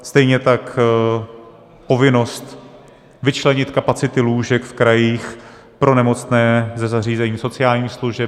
Stejně tak povinnost vyčlenit kapacity lůžek v krajích pro nemocné ze zařízení sociálních služeb.